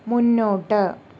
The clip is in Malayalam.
മുന്നോട്ട്